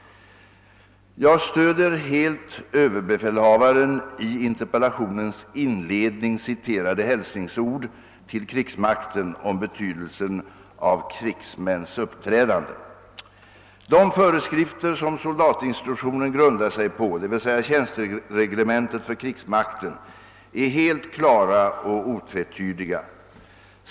Jag stöder helt överbefälhavarens i interpellationens inledning «citerade hälsningsord till krigsmakten om betydelsen av krigsmäns uppträdande. De föreskrifter som soldatinstruktionen grundar sig på, dvs. Tjänstereglementet för krigsmakten, är helt klara och otvetydiga.